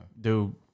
Dude